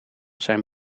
zijn